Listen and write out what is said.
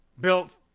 built